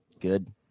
Good